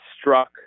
struck